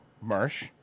Marsh